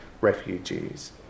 refugees